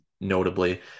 notably